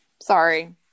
Sorry